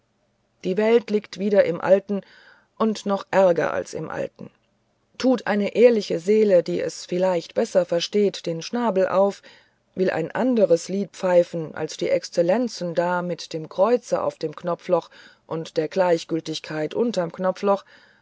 die welt liegt wieder im alten und noch ärger als im alten tut eine ehrliche seele die es vielleicht besser versteht den schnabel auf will ein anderes lied pfeifen als die exzellenzen da mit dem kreuze über dem knopfloch und der gleichgültigkeit unterm knopfloch